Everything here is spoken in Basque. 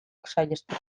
saihesteko